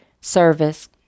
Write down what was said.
service